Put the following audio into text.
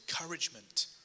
encouragement